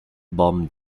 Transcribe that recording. bomb